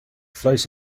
flows